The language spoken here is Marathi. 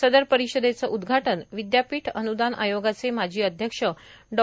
सदर परिषदेच उदघाटन विदयापीठ अन्दान आयोगाचे माजी अध्यक्ष डॉ